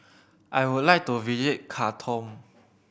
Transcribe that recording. I would like to visit Khartoum